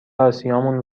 آسیامون